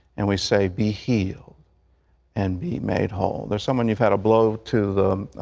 and we say, be healed and be made whole. there's someone, you've had a blow to the